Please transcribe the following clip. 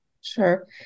Sure